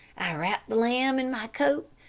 i wrapped the lamb in my coat,